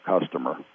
customer